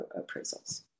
appraisals